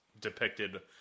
depicted